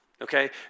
okay